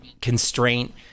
constraint